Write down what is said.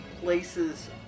places